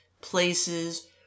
places